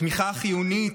תמיכה חיונית,